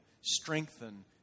strengthen